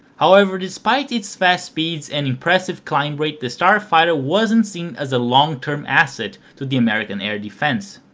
however despite its fast speeds and impressive climb rate the starfighter wasn't seen as ah long-term asset to the american air defense,